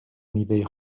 میوه